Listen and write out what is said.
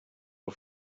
del